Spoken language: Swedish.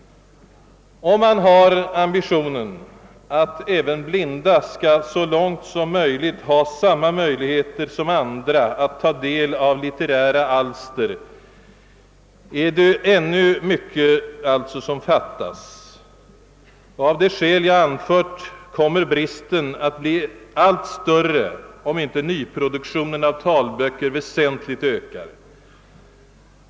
Om man har ambitionen att även blinda så långt detta är möjligt skall ha samma chanser som andra att ta del av litterära alster fattas alltså ännu mycket. Av de skäl som jag anfört kommer bristen att bli allt större, om inte nyproduktionen av talböcker väsentligt ökar.